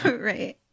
Right